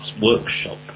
workshop